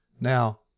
now